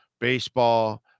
baseball